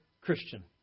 Christian